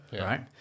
Right